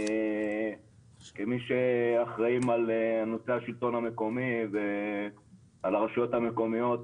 כמי שאחראים על נושא השלטון המקומי ועל הרשויות המקומיות,